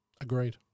Agreed